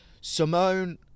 Simone